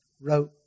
wrote